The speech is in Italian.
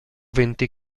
venti